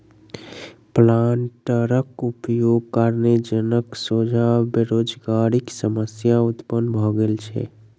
प्लांटरक उपयोगक कारणेँ जनक सोझा बेरोजगारीक समस्या उत्पन्न भ गेल छै